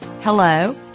hello